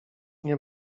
nie